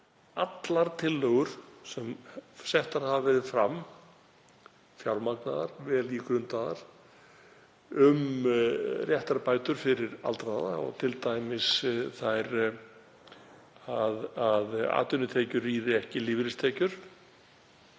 allar tillögur sem settar hafa verið fram, fjármagnaðar, vel ígrundaðar, um réttarbætur fyrir aldraða, t.d. þær að atvinnutekjur rýri ekki lífeyristekjur.